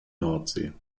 nordsee